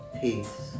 Peace